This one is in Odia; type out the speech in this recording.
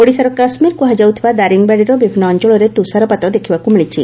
ଓଡ଼ିଶାର କାଶ୍ମୀର କୁହାଯାଉଥିବା ଦାରିଙ୍ଗିବାଡ଼ିର ବିଭିନ୍ନ ଅଞ୍ଚଳରେ ତୁଷାରପାତ ଦେଖିବାକୁ ମିଳିଛି